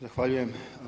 Zahvaljujem.